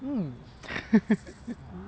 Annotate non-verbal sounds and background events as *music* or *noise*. mm *laughs*